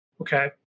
okay